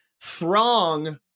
throng